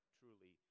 truly